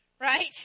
right